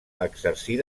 exercir